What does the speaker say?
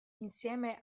insieme